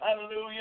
Hallelujah